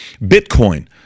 Bitcoin